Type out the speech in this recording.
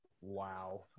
Wow